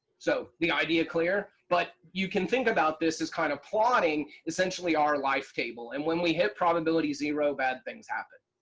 so, the idea clear, but you can think about this as kind of plotting essentially our life table and when we hit probability zero, bad things happen.